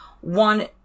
one